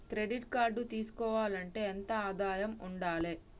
Credit card తీసుకోవాలంటే ఎంత ఆదాయం ఉండాలే?